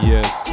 Yes